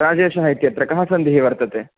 राजेशः इत्यत्र कः सन्धिः वर्तते